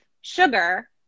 sugar